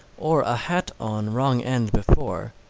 or a hat on wrong end before,